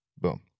Boom